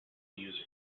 user